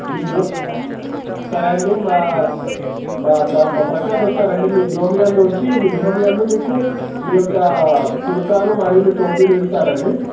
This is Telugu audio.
మీ బ్రో సరే అండి మా మా కా ప్రశాంత్ వస్తాడు అండి మీ గృహము యందు వచ్చిమీ గృహము యందు మీకు మీ యొక్క కుర్తాలు మరియు మీ టోపీలు ఇస్తాడు అండి